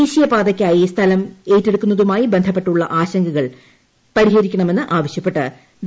ദേശീയ പാതയ്ക്കായി സ്ഥലം ഏറ്റെടുക്കുന്നതുമായി ബന്ധപ്പെട്ടുള്ള ആശ്യങ്കകൾ പരിഹരിക്കണമെന്ന് ആവശ്യപ്പെട്ട് വി